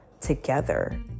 together